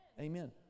Amen